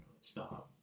Stop